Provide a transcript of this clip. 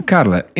Carla